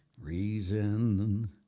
Reason